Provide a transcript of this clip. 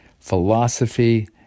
philosophy